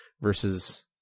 versus